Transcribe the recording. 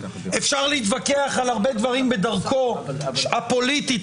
אפשר להתווכח על הרבה דברים בדרכו הפוליטית,